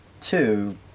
two